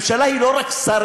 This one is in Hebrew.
ממשלה היא לא רק שריה,